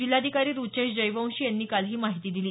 जिल्हाधिकारी रूचेश जयंवशी यांनी काल ही माहिती दिली